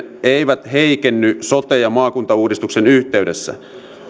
eivät heikenny sote ja maakuntauudistuksen yhteydessä